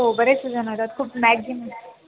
हो बरेच जणं येतात खूप मॅक्झिमम